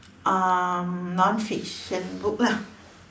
um non fiction book lah